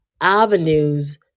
avenues